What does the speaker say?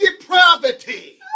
depravity